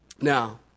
Now